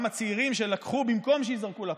לא, היו כמה צעירים שלקחו במקום שייזרק לפח.